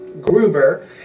Gruber